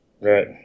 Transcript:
Right